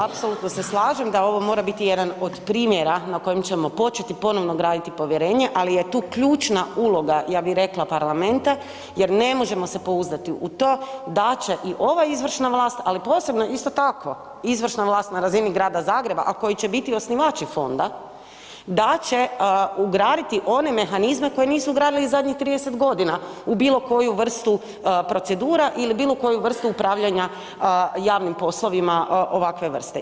Apsolutno se slažem da ovo mora biti jedan od primjera na kojima ćemo početi ponovno graditi povjerenje, ali je tu ključna uloga, ja bih rekla, parlamenta jer ne možemo se pouzdati u to da će i ova izvršna vlast, ali posebno, isto tako, izvršna vlast na razini grada Zagreba, a koji će biti osnivači fonda, da će ugraditi one mehanizme koje nisu ugradili zadnjih 30 godina u bilo koju vrstu procedura ili bilo koju vrstu upravljanja javnim poslovima ovakve vrste.